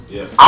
Yes